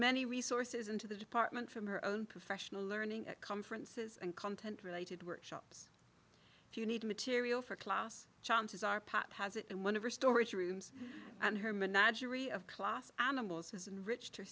many resources into the department from her own professional learning at conferences and content related workshops if you need material for class chances are pat has it and one of her storage rooms and her menagerie of class animals has enrich t